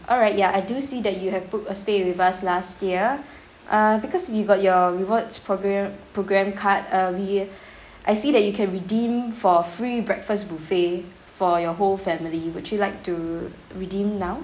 alright ya I do see that you have booked a stay with us last year uh because you got your rewards program program card uh we I see that you can redeem for free breakfast buffet for your whole family would you like to redeem now